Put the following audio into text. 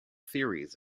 theories